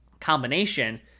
combination